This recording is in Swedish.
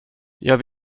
jag